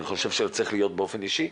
אני חושב שזה צריך להיות באופן אישי,